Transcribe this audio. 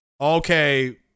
Okay